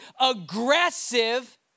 aggressive